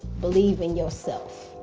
believe in yourself.